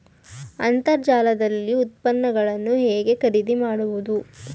ಅಂತರ್ಜಾಲದಲ್ಲಿ ಉತ್ಪನ್ನಗಳನ್ನು ಹೇಗೆ ಖರೀದಿ ಮಾಡುವುದು?